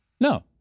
No